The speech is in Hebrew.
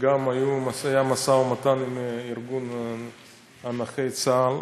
וגם משא ומתן עם ארגון נכי צה"ל.